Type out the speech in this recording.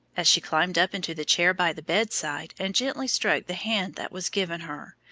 as she climbed up into the chair by the bedside and gently stroked the hand that was given her,